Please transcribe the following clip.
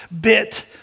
bit